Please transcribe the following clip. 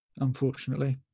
unfortunately